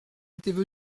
étaient